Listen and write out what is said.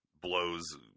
blows